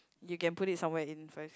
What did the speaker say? you can put it somewhere in first